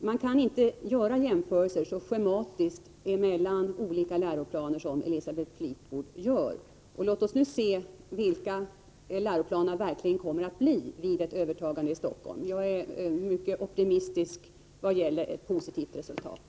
Det går inte att göra så schematiska jämförelser mellan olika läroplaner som Elisabeth Fleetwood gör. Låt oss nu se hur läroplanerna verkligen kommer att se ut vid ett övertagande av STI av Stockholms kommun. Jag är mycket optimistisk vad gäller ett positivt resultat.